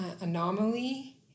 Anomaly